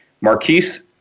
Marquise